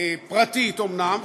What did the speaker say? פרטית אומנם,